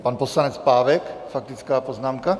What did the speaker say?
Pan poslanec Pávek, faktická poznámka.